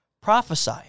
Prophesy